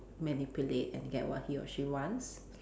manipulate and get what he or she wants